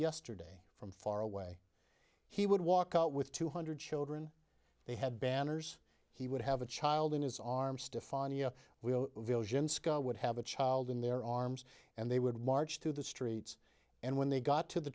yesterday from far away he would walk out with two hundred children they had banners he would have a child in his arms stiff we would have a child in their arms and they would march through the streets and when they got to the